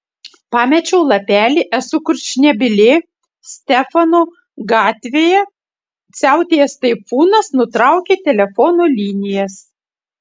pamečiau lapelį esu kurčnebylė stefano gatvėje siautėjęs taifūnas nutraukė telefono linijas